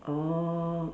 orh